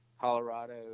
Colorado